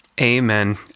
Amen